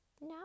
Now